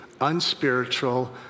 unspiritual